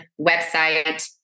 website